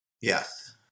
Yes